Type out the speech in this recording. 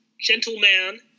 Gentleman